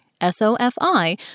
S-O-F-I